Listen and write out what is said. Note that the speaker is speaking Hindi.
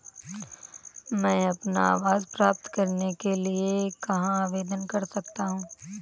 मैं अपना आवास प्राप्त करने के लिए कहाँ आवेदन कर सकता हूँ?